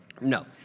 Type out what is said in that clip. No